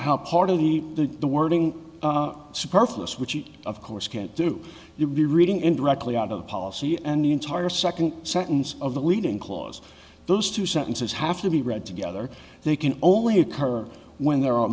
how part of the the the wording superfluous which of course can't do you'd be reading indirectly out of policy and the entire second sentence of the leading clause those two sentences have to be read together they can only occur when there are